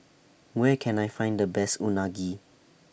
Where Can I Find The Best Unagi